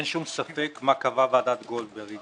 אין שום ספק מה קבעה ועדת גולדברג.